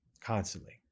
constantly